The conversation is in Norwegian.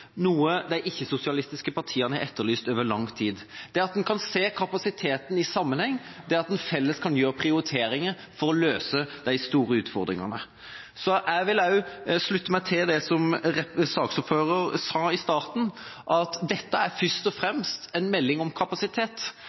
noe de ikke-sosialistiske partiene har etterlyst over lang tid – det at en kan se kapasiteten i sammenheng, det at en felles kan gjøre prioriteringer for å løse de store utfordringene. Jeg vil også slutte meg til det som saksordføreren sa i starten, at dette først og fremst er en melding om kapasitet.